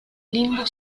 limbo